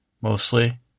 mostly